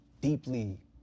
deeply